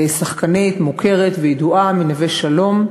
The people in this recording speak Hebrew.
היא שחקנית מוכרת וידועה מנווה-שלום,